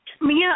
Mia